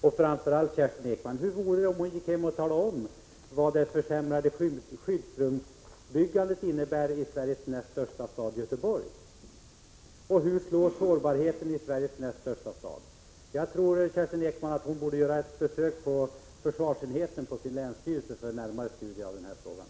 Men framför allt: Hur vore det om Kerstin Ekman gick hem och talade om vad det försämrade skyddsrumsbyggandet innebär i Sveriges näst största stad, Göteborg, och hur sårbarheten blir där? Jag tycker att Kerstin Ekman borde göra ett besök på försvarsenheten på sin länsstyrelse för ett närmare studium av den frågan.